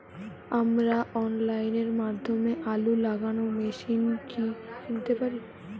আমরা অনলাইনের মাধ্যমে আলু লাগানো মেশিন কি কিনতে পারি?